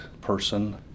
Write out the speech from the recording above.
person